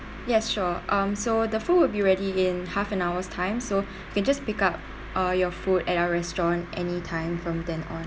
yes sure um so the food will be ready in half an hour's time so you can just pick up uh your food at our restaurant anytime from then on